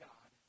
God